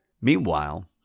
Meanwhile